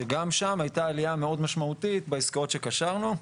שגם שם הייתה עלייה מאוד משמעותית בעסקאות שקשרנו.